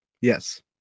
Yes